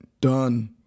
Done